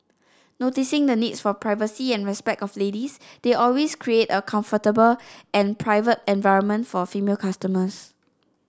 noticing the needs for privacy and respect of ladies they always create a comfortable and private environment for female customers